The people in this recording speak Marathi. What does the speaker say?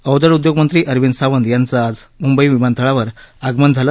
अवजड उद्योग मंत्री अरविंद सावंत यांचं आज म्ंबई विमानतळावर आगमन झालं